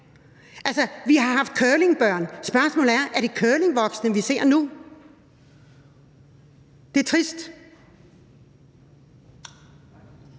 Altså, vi har haft curlingbørn – spørgsmålet er: Er det curlingvoksne, vi ser nu? Det er trist.